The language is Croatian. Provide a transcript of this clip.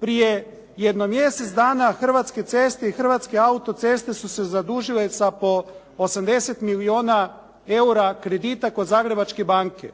Prije jedno mjesec dana Hrvatske ceste i Hrvatske auto-ceste su se zadužile sa po 80 milijuna eura kredita kod Zagrebačke banke.